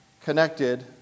connected